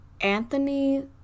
Anthony